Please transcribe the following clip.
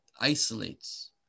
isolates